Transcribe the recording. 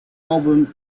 album